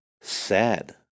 sad